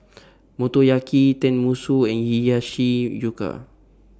Motoyaki Tenmusu and Hiyashi Chuka